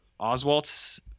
Oswalt's